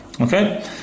Okay